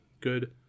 good